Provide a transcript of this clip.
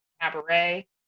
Cabaret